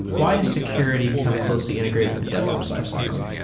why has security become closely integrated with the devops lifecycle?